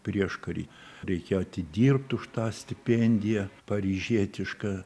prieškary reikėjo atidirbt už tą stipendiją paryžietišką